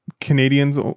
Canadians